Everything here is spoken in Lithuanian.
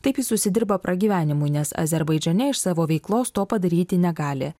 taip jis užsidirba pragyvenimui nes azerbaidžane iš savo veiklos to padaryti negali